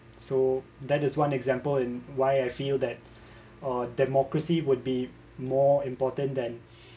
so that is one example and why I feel that uh democracy would be more important than